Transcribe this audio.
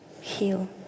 heal